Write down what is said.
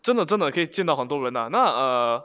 真的真的可以见到好多人 ah 那 ah